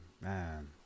man